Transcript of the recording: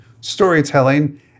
storytelling